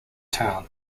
town